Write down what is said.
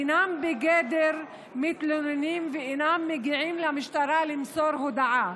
אינם בגדר מתלוננים ואינם מגיעים למשטרה למסור הודעה.